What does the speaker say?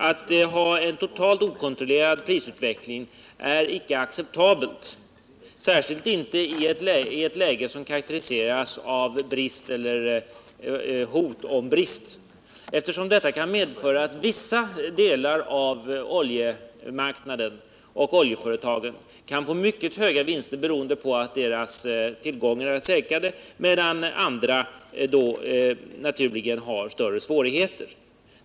Att ha en totalt okontrollerad prisutveckling är icke acceptabelt, särskilt inte i ett läge som karakteriseras av brist eller hot om brist, eftersom detta kan medföra att vissa oljeföretag och delar av oljemarknaden kan få mycket höga vinster beroende på att deras tillgång är säkrad, samtidigt som andra har svårigheter i detta avseende.